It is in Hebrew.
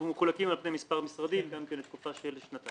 שמחולקים על פני כמה משרדים גם כן לתקופה של שנתיים.